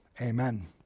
Amen